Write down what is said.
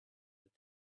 with